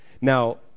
Now